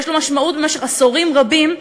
ויש לו משמעות במשך עשורים רבים,